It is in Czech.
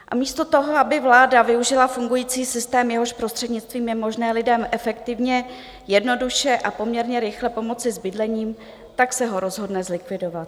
A místo toho, aby vláda využila fungující systém, jehož prostřednictvím je možné lidem efektivně, jednoduše a poměrně rychle pomoci s bydlením, tak se ho rozhodne zlikvidovat.